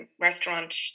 restaurant